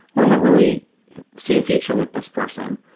i don't really see a future with this person,